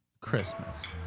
Christmas